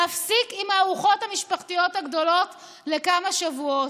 להפסיק עם הארוחות המשפחתיות הגדולות לכמה שבועות,